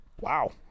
Wow